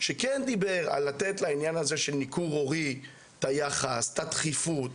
שדיבר על לתת לעניין הזה של ניכור הורי את היחס והדחיפות,